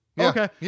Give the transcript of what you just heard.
Okay